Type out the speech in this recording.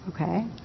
okay